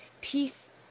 peace